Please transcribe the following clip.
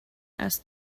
asked